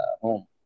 home